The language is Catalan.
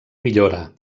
millora